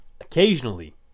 occasionally